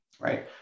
right